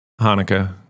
Hanukkah